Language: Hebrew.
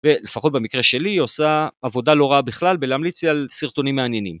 ולפחות במקרה שלי, היא עושה עבודה לא רעה בכלל בלהמליץ לי על סרטונים מעניינים.